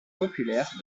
populaire